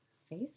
space